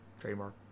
Trademark